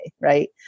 right